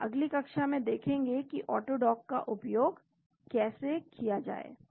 तो हम अगली कक्षा में देखेंगे कि ऑटोडॉक का उपयोग कैसे किया जाए